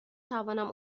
توانم